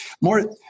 more